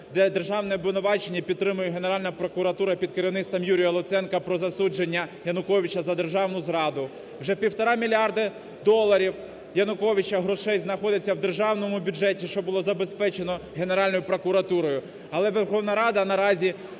державне обвинувачення підтримує Генеральна прокуратура під керівництвом Юрія Луценка про засудження Януковича за державну зраду. Вже півтора мільярда доларів Януковича, грошей, знаходяться в державному бюджеті, що було забезпечено Генеральною прокуратурою. Але Верховна Рада наразі,